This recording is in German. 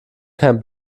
kein